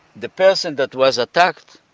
the person that was attacked,